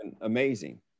amazing